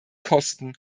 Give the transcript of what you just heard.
kosten